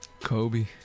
Kobe